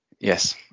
Yes